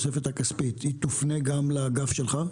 היא תופנה גם לאגף שלך?